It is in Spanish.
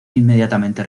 inmediatamente